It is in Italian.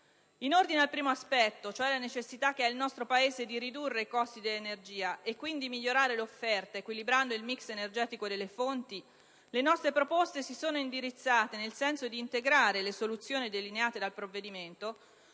In ordine al primo aspetto, cioè la necessità che ha il nostro Paese di ridurre i costi dell'energia e quindi migliorare l'offerta equilibrando il *mix* energetico delle fonti, le nostre proposte si sono indirizzate nel senso di integrare le soluzioni delineate dal provvedimento